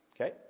Okay